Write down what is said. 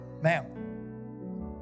ma'am